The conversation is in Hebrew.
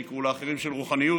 ושיקראו לה אחרים: של רוחניות,